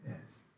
Yes